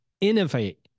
innovate